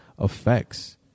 effects